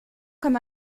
comme